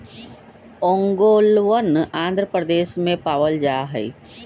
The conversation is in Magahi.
ओंगोलवन आंध्र प्रदेश में पावल जाहई